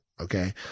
Okay